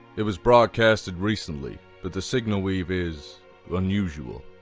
it was broadcasted recently, but the signal weave is unusual.